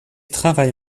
travaille